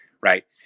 right